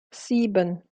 sieben